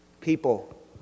people